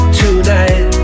tonight